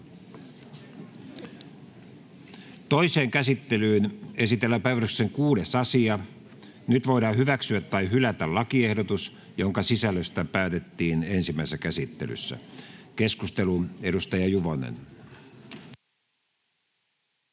Toiseen käsittelyyn esitellään päiväjärjestyksen 6. asia. Nyt voidaan hyväksyä tai hylätä lakiehdotus, jonka sisällöstä päätettiin ensimmäisessä käsittelyssä. — Keskusteluun, edustaja Juvonen.